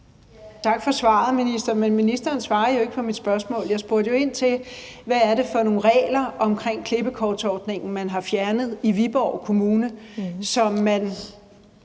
Tak for svaret, minister. Men ministeren svarer jo ikke på mit spørgsmål. Jeg spurgte ind til, hvad det er for nogle regler omkring klippekortordningen, man har fjernet i Viborg Kommune, som man